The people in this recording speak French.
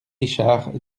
richard